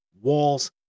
walls